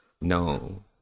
no